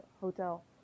hotel